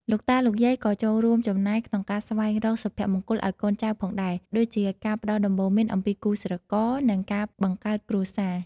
លោកតា លោកយាយក៏ចូលរួមចំណែកក្នុងការស្វែងរកសុភមង្គលឱ្យកូនចៅផងដែរ ដូចជាការផ្ដល់ដំបូន្មានអំពីគូស្រករ និងការបង្កើតគ្រួសារ។